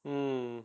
mm